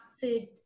food